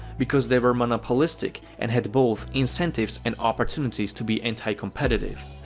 because they were monopolistic and had both incentives and opportunities to be anticompetitive.